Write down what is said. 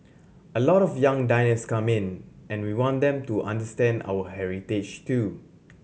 a lot of young diners come in and we want them to understand our heritage too